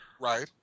Right